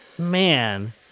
Man